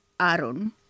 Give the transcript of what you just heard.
Aaron